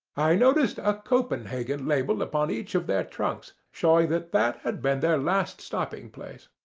i noticed a copenhagen label upon each of their trunks, showing that that had been their last stopping place.